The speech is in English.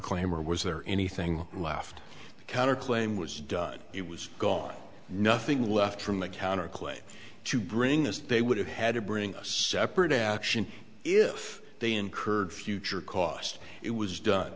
claim or was there anything left counterclaim was done it was gone nothing left from the counterclaim to bring as they would have had to bring a separate action if they incurred future costs it was done